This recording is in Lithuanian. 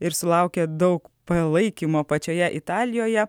ir sulaukia daug palaikymo pačioje italijoje